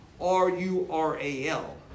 R-U-R-A-L